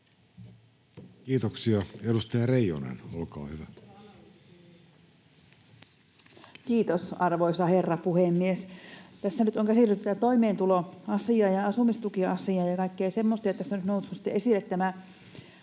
Kiitoksia. — Edustaja Reijonen, olkaa hyvä. Kiitos, arvoisa herra puhemies! Tässä nyt on käsitelty tätä toimeentuloasiaa ja asumistukiasiaa